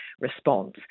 response